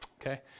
Okay